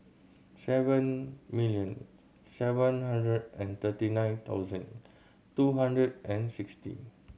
seven million seven hundred and thirty nine thousand two hundred and sixty